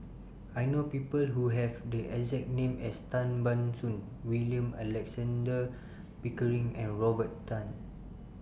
I know People Who Have The exact name as Tan Ban Soon William Alexander Pickering and Robert Tan